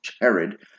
Herod